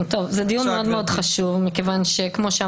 יש פה צד אחד שאומר: אנחנו רוצים כמה שיותר מהר להביא לבחירות,